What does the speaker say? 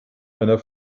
einer